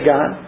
God